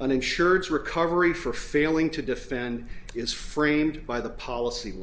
an insurance recovery for failing to defend is framed by the policy